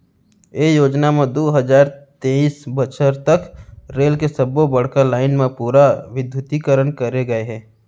ये योजना म दू हजार तेइस बछर तक रेल के सब्बो बड़का लाईन म पूरा बिद्युतीकरन करे गय हे